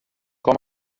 com